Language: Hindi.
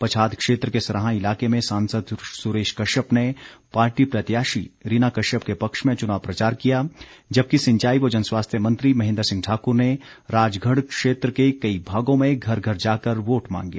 पच्छाद क्षेत्र के सराहां इलाके में सांसद सुरेश कश्यप ने पार्टी प्रत्याशी रीना कश्यप के पक्ष में च्नाव प्रचार किया जबकि सिंचाई व जनस्वास्थ्य मंत्री महेन्द्र सिंह ठाकुर ने राजगढ़ इलाके के गई इलाकों में घर घर जाकर वोट मांगे